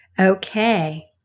Okay